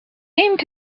seemed